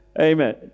Amen